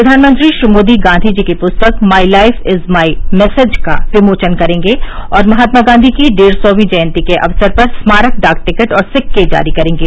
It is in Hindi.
प्रधानमंत्री श्री मोदी गांधी जी की पुस्तक my life is my message का विमोचन करेंगे और महात्मा गांधी की डेढ़ सौंवी जयन्ती के अवसर पर स्मारक डाक टिकट और सिक्के जारी करेंगे